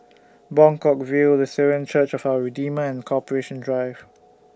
Buangkok View Lutheran Church For Redeemer and Corporation Drive